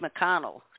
McConnell